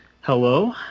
hello